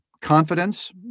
confidence